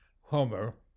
Homer